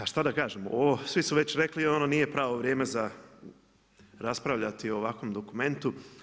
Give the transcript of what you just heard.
A šta da kažemo, svi su već rekli ovo nije pravo vrijeme za raspravljati o ovakvom dokumentu.